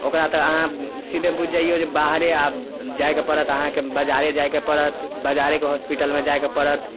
ओकरा तऽ अहाँ सीधे बूझि जइयौ जे बाहरे आब जाइके पड़त अहाँके बजारे जाइके पड़त बजारेके हॉस्पिटलमे जाइके पड़त